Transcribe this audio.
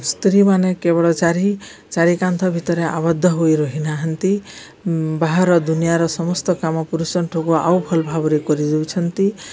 ସ୍ତ୍ରୀ ମାନେ କେବଳ ଚାରି ଚାରିି କାନ୍ଥ ଭିତରେ ଆବଧ ହୋଇ ରହିନାହାନ୍ତି ବାହାର ଦୁନିଆର ସମସ୍ତ କାମ ପୁରୁଷ ଆଉ ଭଲ ଭାବରେ କରିଦେଉଛନ୍ତି